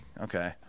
okay